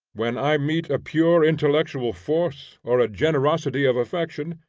when i meet a pure intellectual force or a generosity of affection,